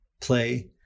play